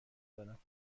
دارم